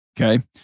Okay